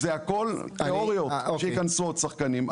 זה הכל תיאוריות שייכנסו עוד שחקנים.